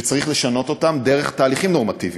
שצריך לשנות אותם דרך תהליכים נורמטיביים.